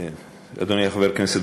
אדוני חבר הכנסת,